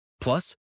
Plus